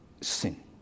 sin